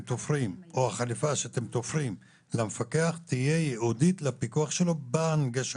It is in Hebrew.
שהחליפה שאתם תופרים למפקח תהיה ייעודית לפיקוח שלו בהנגשה.